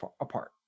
apart